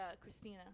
Christina